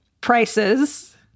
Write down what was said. Prices